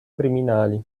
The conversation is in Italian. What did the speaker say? criminali